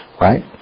Right